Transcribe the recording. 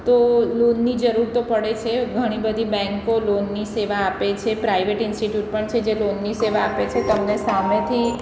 તો લોનની જરૂર તો પડે છે ઘણી બધી બેન્કો લોનની સેવા આપે છે પ્રાઇવેટ ઇન્સ્ટીટ્યૂટ પણ છે જે લોનની સેવા આપે છે તમને સામેથી